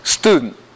Student